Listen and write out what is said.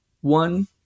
one